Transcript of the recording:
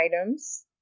items